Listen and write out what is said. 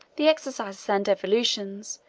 the exercises and evolutions,